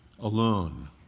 alone